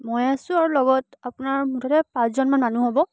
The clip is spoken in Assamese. মই আছোঁ আৰু লগত আপোনাৰ মুঠতে পাঁচজনমান মানুহ হ'ব